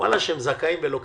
שהם זכאים ולא קיבלו.